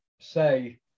say